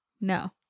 No